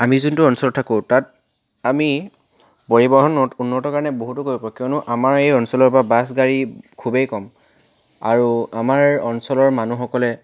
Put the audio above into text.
আমি যোনটো অঞ্চলত থাকোঁ তাত আমি পৰিবহণত উন্নতৰ কাৰণে বহুতো কৰিব পাৰোঁ কিয়নো আমাৰ এই অঞ্চলৰ পৰা বাছ গাড়ী খুবেই কম আৰু আমাৰ অঞ্চলৰ মানুহসকলে